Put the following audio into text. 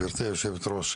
גברתי יושבת-הראש,